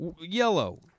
yellow